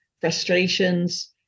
frustrations